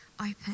open